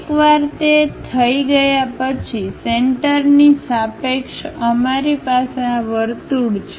એકવાર તે થઈ ગયા પછી સેન્ટરની સાપેક્ષ અમારી પાસે આ વર્તુળ છે